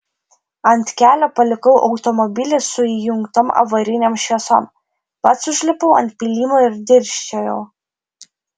ant kelio palikau automobilį su įjungtom avarinėm šviesom pats užlipau ant pylimo ir dirsčiojau